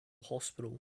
hospital